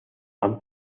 han